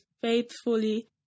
faithfully